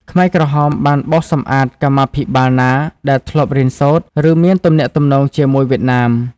ខ្មែរក្រហមបានបោសសម្អាតកម្មាភិបាលណាដែលធ្លាប់រៀនសូត្រ ឬមានទំនាក់ទំនងជាមួយវៀតណាម។